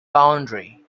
boundary